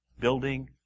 building